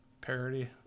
parody